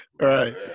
Right